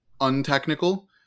untechnical